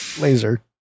Laser